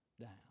down